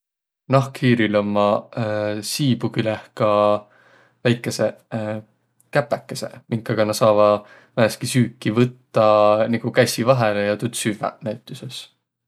Nahkhiiril ommaq siibu küleh ka väikeseq käpäkeseq, minkaga nä saavaq määnestki süüki võttaq nigu kässi vahele ja tuud süvväq näütüses.